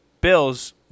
Bills